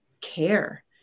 care